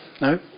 No